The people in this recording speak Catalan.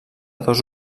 dos